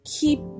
keep